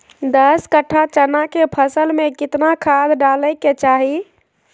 दस कट्ठा चना के फसल में कितना खाद डालें के चाहि?